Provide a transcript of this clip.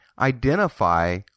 identify